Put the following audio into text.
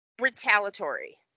retaliatory